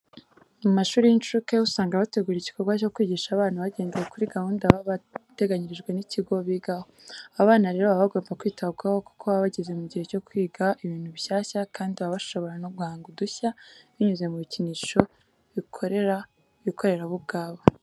Mu mashuri y'inshuke usanga bategura igikorwa cyo kwigisha abana bagendeye kuri gahunda baba barateganyirijwe n'ikigo bigaho. Aba bana rero baba bagomba kwitabwaho kuko baba bageze mu gihe cyo kwiga ibintu bishyashya kandi baba bashobora no guhanga udushya binyuze mu bikinisho bikorera bo ubwabo.